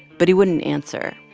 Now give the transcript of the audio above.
but he wouldn't answer.